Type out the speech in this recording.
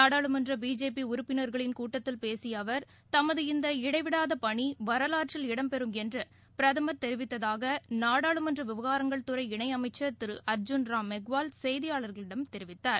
நாடாளுமன்ற பிஜேபி உறுப்பினர்களின் கூட்டத்தில் பேசிய அவர் தமது இந்த இடைவிடாத பணி வரவாற்றில் இடம்பெறும் என்று பிரதமர் தெரிவித்ததாக நாடாளுமன்ற விவகாரங்கள் துறை இணை திரு அர்ஜூன் ராம் மெக்வால் செய்தியாளர்களிடம் தெரிவித்தார்